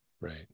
Right